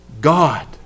God